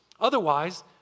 Otherwise